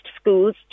schools